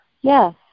yes